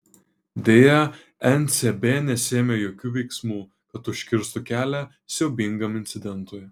deja ncb nesiėmė jokių veiksmų kad užkirstų kelią siaubingam incidentui